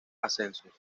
ascensos